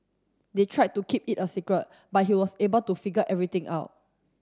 they tried to keep it a secret but he was able to figure everything out